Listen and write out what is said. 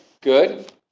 Good